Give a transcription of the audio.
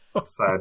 Sad